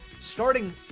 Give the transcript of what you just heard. starting